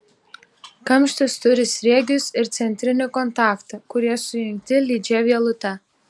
kamštis turi sriegius ir centrinį kontaktą kurie sujungti lydžia vielute